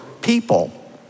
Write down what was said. people